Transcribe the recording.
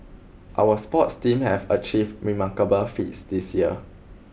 our sports team have achieved remarkable feats this year